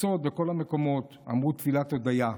בתפוצות ובכל המקומות אמרו תפילת הודיה.